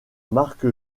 mark